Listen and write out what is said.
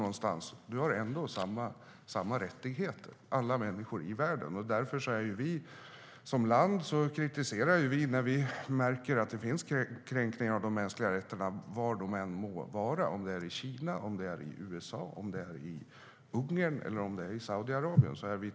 Alla människor i världen har ändå samma rättigheter. Därför kritiserar vi som land när vi märker att de mänskliga rättigheterna kränks. Vi är tydliga med vår kritik, var det än må vara - i Kina, USA, Ungern eller Saudiarabien.